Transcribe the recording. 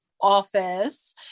office